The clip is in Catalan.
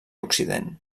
occident